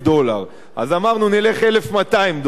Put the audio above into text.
אז אמרנו: נלך על 1,200 דולר שכר מינימום.